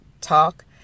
talk